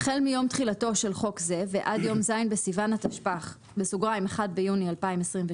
"החל מיום תחילתו של חוק זה ועד יום ז' בסיון התשפ"ח (1 ביוני 2028),